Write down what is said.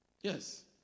Yes